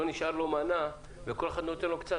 לא נשארת לו מנה וכל אחד נותן לו קצת.